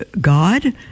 God